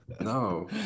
No